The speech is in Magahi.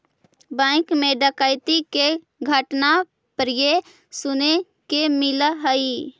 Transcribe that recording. बैंक मैं डकैती के घटना प्राय सुने के मिलऽ हइ